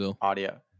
audio